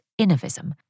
innovism